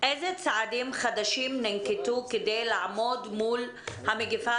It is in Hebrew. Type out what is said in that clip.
אילו צעדים חדשים ננקטו כדי לעמוד מול המגיפה